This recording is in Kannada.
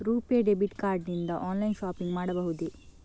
ರುಪೇ ಡೆಬಿಟ್ ಕಾರ್ಡ್ ನಿಂದ ಆನ್ಲೈನ್ ಶಾಪಿಂಗ್ ಮಾಡಬಹುದೇ?